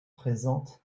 présentent